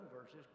verses